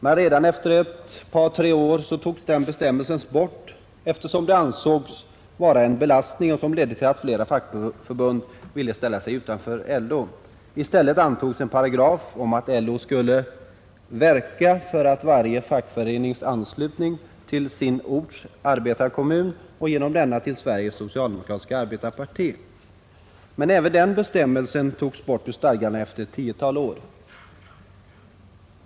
Men redan efter ett par tre år togs den bestämmelsen bort eftersom den ansågs vara en belastning som ledde till att flera fackförbund ville ställa sig utanför LO. I stället infördes en paragraf om att LO skulle ”verka för varje fackförenings anslutning till sin orts arbetarekommun och genom denna till Sveriges Socialdemokratiska Arbetareparti”. Även den bestämmelsen togs bort ur stadgarna efter ett tiotal år.